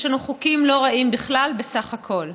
יש לנו חוקים לא רעים בכלל, בסך הכול.